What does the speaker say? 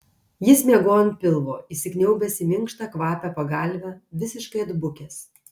jis miegojo ant pilvo įsikniaubęs į minkštą kvapią pagalvę visiškai atbukęs